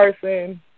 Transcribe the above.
person